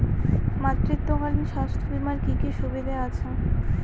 মাতৃত্বকালীন স্বাস্থ্য বীমার কি কি সুবিধে আছে?